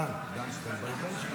רמיסת